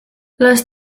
les